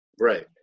Right